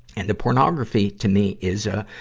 and the pornography, to me, is a,